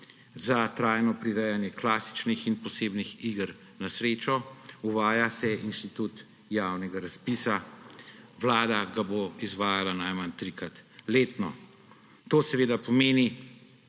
za trajno prirejanje klasičnih in posebnih iger na srečo, uvaja se institut javnega razpisa, Vlada ga bo izvajala najmanj trikrat letno. To seveda pomeni,